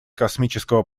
космического